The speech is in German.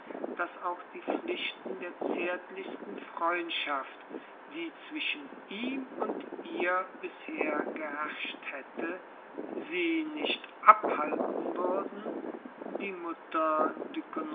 daß auch die pflichten der zärtlichsten freundschaft die zwischen ihm und ihr bisher geherrscht hätte sie nicht abhalten würden die mutter